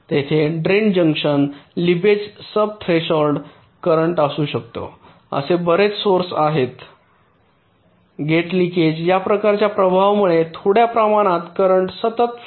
तेथे drain junction leakage sub threshold current असू शकते असे बरेच सौर्स आहेत गेट लिकेज या प्रकारच्या प्रभावामुळे थोड्या प्रमाणात करेन्ट सतत फ्लो होत जाईल